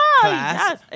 class